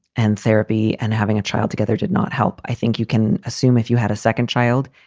and therapy and having a child together did not help. i think you can assume if you had a second child,